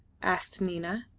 asked nina,